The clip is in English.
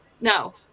No